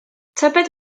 tybed